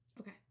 okay